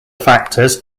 factors